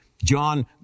John